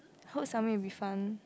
hope something will be fun